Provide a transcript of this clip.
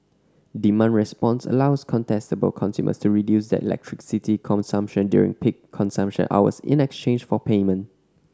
demand response allows contestable consumers to reduce their electricity consumption during peak consumption hours in exchange for payment